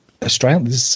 Australia